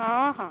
ହଁ ହଁ